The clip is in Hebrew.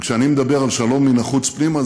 וכשאני מדבר על שלום מן החוץ פנימה,